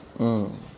mm